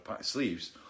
sleeves